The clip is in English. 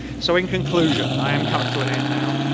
so in conclusion, i am coming to an end now.